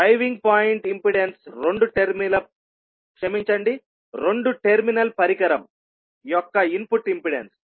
driving point impedance రెండు terminal పరికరం యొక్క ఇన్పుట్ ఇంపెడెన్స్